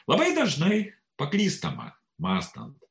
labai dažnai paklystama mąstant